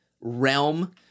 realm